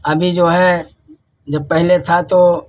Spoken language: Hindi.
अभी जो है जब पहले था तो